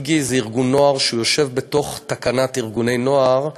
"איגי" זה ארגון נוער שיושב בתוך תקנת ארגוני נוער.